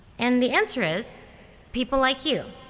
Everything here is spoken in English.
and the answer is people like you.